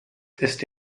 ist